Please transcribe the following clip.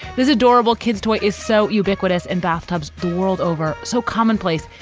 this adorable kids toy is so ubiquitous in bathtubs. the world over. so commonplace.